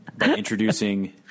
introducing